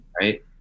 right